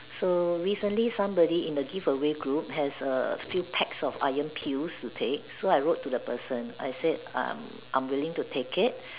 so recently somebody in the giveaway group has a few packs of Iron pills to take so I wrote to the person I said I'm I'm willing to take it